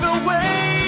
away